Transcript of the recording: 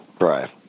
right